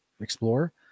explore